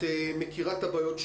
את מכירה את הבעיות,